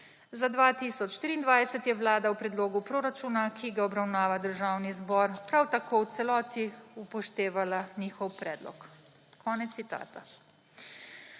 Za 2023 je Vlada v predlogu proračuna, ki ga obravnava Državni zbor, prav tako v celoti upoštevala njihov predlog.« Konec citata.